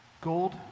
Gold